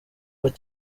bari